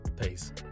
Peace